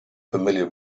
familiar